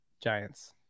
Giants